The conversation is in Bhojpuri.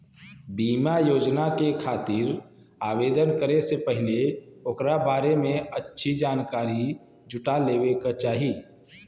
बीमा योजना के खातिर आवेदन करे से पहिले ओकरा बारें में अच्छी जानकारी जुटा लेवे क चाही